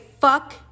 fuck